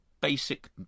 basic